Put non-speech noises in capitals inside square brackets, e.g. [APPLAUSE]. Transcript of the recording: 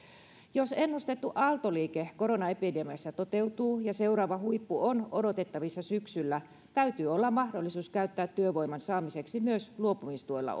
jos ennustettu aaltoliike koronaepidemiassa toteutuu ja seuraava huippu on odotettavissa syksyllä täytyy olla mahdollisuus käyttää työvoiman saamiseksi myös luopumistuella [UNINTELLIGIBLE]